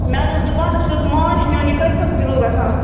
مےٚ حظ اوس دُکانَس کیُتھ ماچھ نیُن یہِ کۭتِس حظ کِلوٗ گژھان